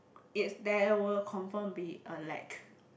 is there will confirm be a lack